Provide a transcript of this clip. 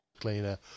Cleaner